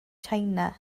china